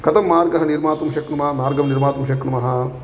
कथं मार्ग निर्मातुं शक्नुमः मार्गं निर्मातुं शक्नुमः